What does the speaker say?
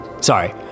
sorry